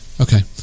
okay